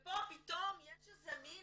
ופה פתאום יש איזה מין